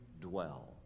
dwell